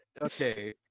Okay